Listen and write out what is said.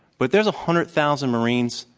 but there's a hundred thousand marines,